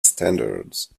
standards